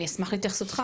אני אשמח להתייחסותך,